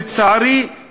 לצערי,